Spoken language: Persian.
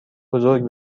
بزرگ